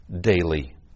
daily